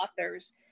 authors